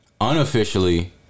unofficially